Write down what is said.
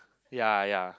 ya ya